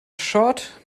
short